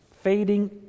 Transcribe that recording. fading